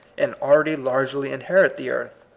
and already largely inherit the earth.